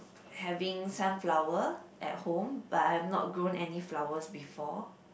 having sunflower at home but I have not grown any flowers before